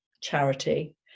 charity